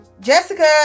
jessica